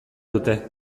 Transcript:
dute